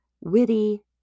witty